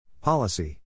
Policy